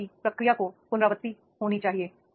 सीखने की प्रक्रिया की पुनरावृत्ति होनी चाहिए